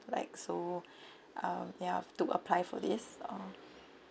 like so uh ya to apply for this uh